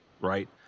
right